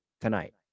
tonight